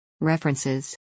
References